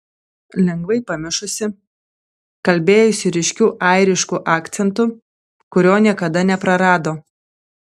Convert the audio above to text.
lengvai pamišusi kalbėjusi ryškiu airišku akcentu kurio niekada neprarado